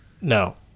No